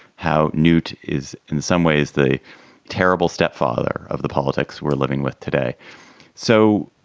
how newt is in some ways the terrible stepfather of the politics we're living with today so,